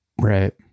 Right